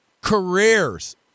careers